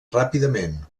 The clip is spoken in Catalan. ràpidament